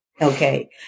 Okay